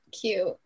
cute